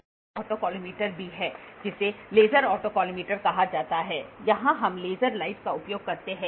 एक विशेष ऑटोकॉलिमेटर भी है जिसे लेजर ऑटोकॉलिमेटर कहा जाता है यहां हम लेजर लाइट का उपयोग करते हैं